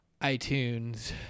iTunes